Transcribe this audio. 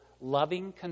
loving